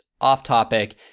off-topic